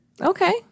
Okay